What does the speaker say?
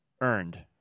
earned